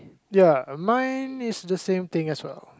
ya mine is the same thing as well